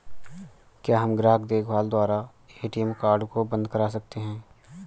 क्या हम ग्राहक देखभाल द्वारा ए.टी.एम कार्ड को बंद करा सकते हैं?